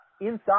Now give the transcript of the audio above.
inside